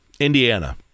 Indiana